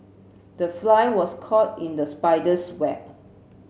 the fly was caught in the spider's web